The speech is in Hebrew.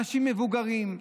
אנשים מבוגרים,